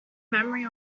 memory